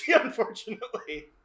unfortunately